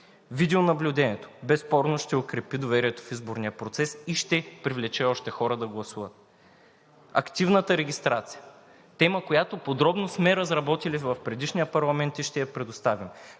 Видеонаблюдението безспорно ще укрепи доверието в изборния процес и ще привлече още хора да гласуват. Активната регистрация – тема, която подробно сме разработили в предишния парламент и ще я предоставим.